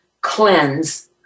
cleanse